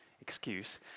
excuse